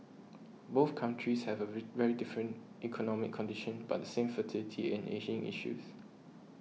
both countries have a very different economic conditions but the same fertility and ageing issues